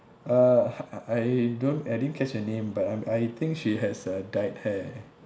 uh I I don't I didn't catch her name but I'm I think she has uh dyed hair